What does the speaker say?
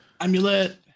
Amulet